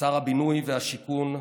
שר הבינוי והשיכון,